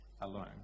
alone